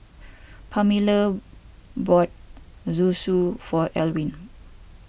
Pamelia bought Zosui for Elwin